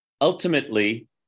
Ultimately